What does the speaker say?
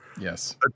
Yes